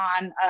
on